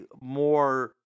more